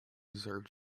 deserve